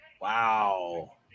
Wow